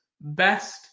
best